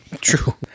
True